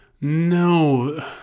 No